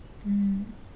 mm